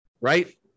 right